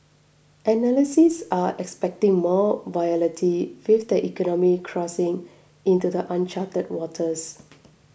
analysts are expecting more volatility with the economy crossing into the uncharted waters